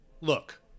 look